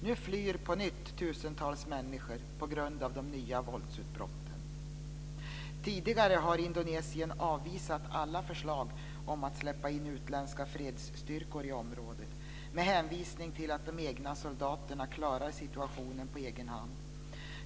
Nu flyr på nytt tusentals människor på grund av de nya våldsutbrotten. Tidigare har Indonesien avvisat alla förslag om att släppa in utländska fredsstyrkor i området med hänvisning till att de egna soldaterna klarar situationen på egen hand.